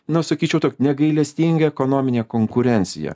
na sakyčiau tok negailestinga ekonominė konkurencija